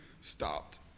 stopped